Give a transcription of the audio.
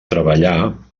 treballà